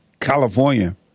California